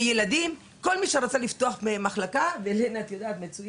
בילדים כל מי שרצה לפתוח מחלקה, פתח